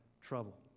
trouble